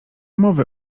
mowy